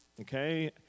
okay